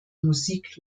musik